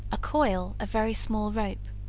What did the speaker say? a coil of very small rope,